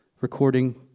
Recording